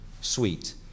sweet